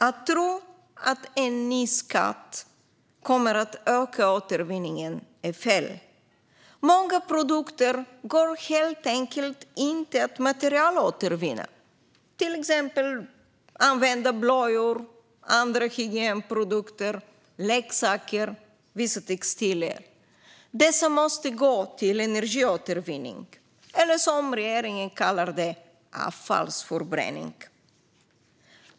Att tro att en ny skatt kommer att öka återvinningen är fel. Många produkter går helt enkelt inte att materialåtervinna, till exempel använda blöjor, andra hygienprodukter, leksaker och vissa textilier. Dessa måste gå till energiåtervinning eller avfallsförbränning, som regeringen kallar det.